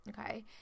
okay